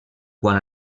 quan